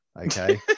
Okay